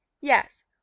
Yes